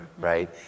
right